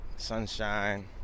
Sunshine